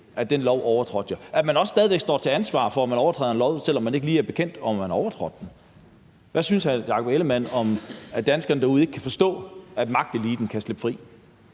en lov, men at man også stadig væk står til ansvar for, at man overtræder en lov, selv om man ikke lige er bekendt med, at man har overtrådt den. Hvad synes hr. Jakob Ellemann-Jensen om, at danskerne derude ikke kan forstå, at magteliten kan slippe fri?